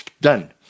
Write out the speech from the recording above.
done